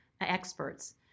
experts